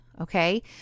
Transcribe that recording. Okay